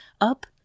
up